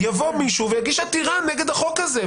יבוא מישהו ויגיש עתירה נגד החוק הזה,